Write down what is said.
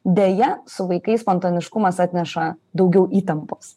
deja su vaikais spontaniškumas atneša daugiau įtampos